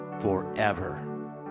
forever